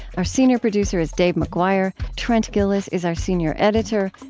our senior producer is dave mcguire. trent gilliss is our senior editor.